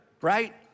right